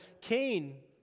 Cain